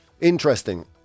interesting